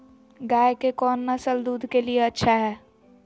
गाय के कौन नसल दूध के लिए अच्छा है?